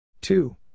two